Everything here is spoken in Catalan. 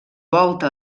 volta